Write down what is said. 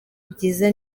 byiza